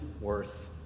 worth